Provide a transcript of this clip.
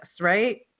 right